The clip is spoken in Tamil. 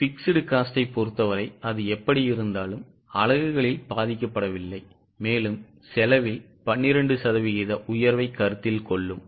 Fxed cost பொருத்தவரை அது எப்படியிருந்தாலும் அலகுகளில் பாதிக்கப்படவில்லை மேலும் செலவில் 12 சதவிகித உயர்வைக் கருத்தில் கொள்ளும்